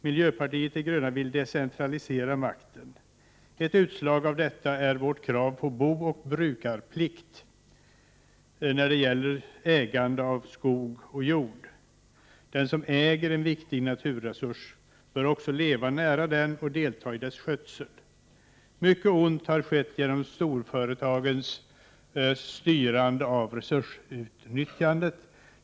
Miljöpartiet de gröna vill decentralisera makten. Ett utslag av detta är vårt krav på booch brukarplikt när det gäller ägande av jord och skog. Den som äger en viktig naturresurs bör också leva nära den och delta i dess skötsel. Mycket ont har skett genom storföretagens styrande av resursutnyttjandet.